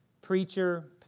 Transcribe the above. preacher